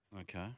Okay